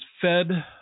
fed